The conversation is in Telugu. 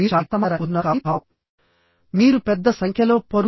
అంటే ఈ బోల్డ్సు 1 2 3 అనేవి ఒకే లైన్ లో లేవు